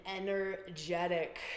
energetic